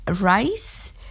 rice